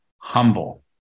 humble